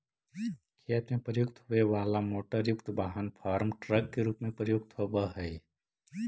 खेत में प्रयुक्त होवे वाला मोटरयुक्त वाहन फार्म ट्रक के रूप में प्रयुक्त होवऽ हई